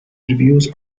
reviews